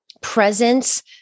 presence